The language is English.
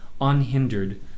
unhindered